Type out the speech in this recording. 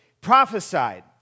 prophesied